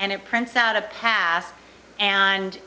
and it prints out a pass and